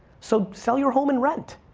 so sell your home and rent.